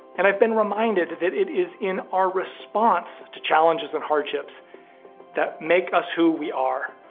and i've been reminded that it is in our response to challenges and hardships that make us who we are.